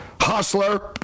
hustler